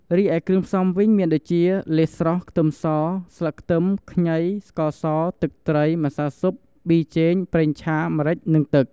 រីឯគ្រឿងផ្សំវិញ មានដូចជា លៀសស្រស់ ខ្ទឹមស ស្លឹកខ្ទឹម ខ្ងី ស្ករស ទឹកត្រី ម្សៅស៊ុប ប៊ីចេង ប្រេងឆា ម្រេច និងទឹក។